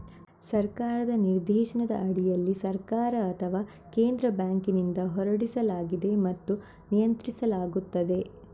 ಸರ್ಕಾರದ ನಿರ್ದೇಶನದ ಅಡಿಯಲ್ಲಿ ಸರ್ಕಾರ ಅಥವಾ ಕೇಂದ್ರ ಬ್ಯಾಂಕಿನಿಂದ ಹೊರಡಿಸಲಾಗಿದೆ ಮತ್ತು ನಿಯಂತ್ರಿಸಲಾಗುತ್ತದೆ